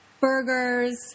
burgers